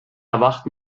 erwacht